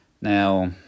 now